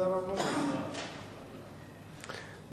ההצעה להעביר את הנושא לוועדת החוקה,